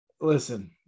Listen